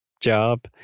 job